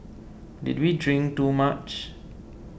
did we drink too much